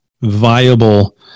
viable